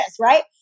Right